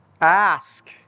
Ask